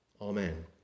Amen